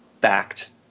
backed